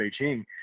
Beijing